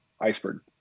iceberg